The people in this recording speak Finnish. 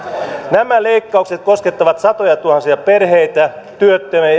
nämä leikkaukset koskettavat satojatuhansia perheitä työttömiä